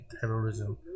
Terrorism